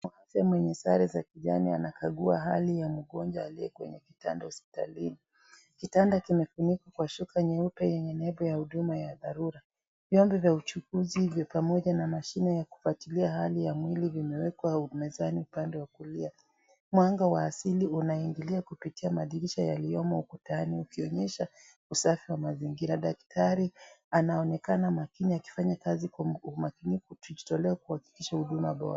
Mhudumu wa afya mwenye sare ya kijani anakagua hali ya mgonjwa aliye kwenye kitanda hospitalini. Kitanda kimefunikwa kwenye shuka nyeupe yenye nembo ya huduma ya dharura. Vyombo vya uchukuzi pamoja na mashine ya kufuatilia hali ya mwili vimewekwa mezani upande wa kulia. Mwanga wa asili unaingiia kupitia madirisha yaliyomo ukutani ukionyesha usafi wa mazingira. Daktari anaonekana makini akifanya kazi kwa umakini kujitolea kuhakikisha huduma bora.